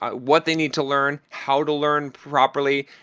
ah what they need to learn? how to learn properly?